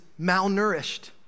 malnourished